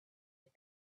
and